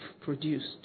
produced